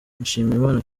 mushimiyimana